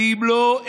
ואם לא,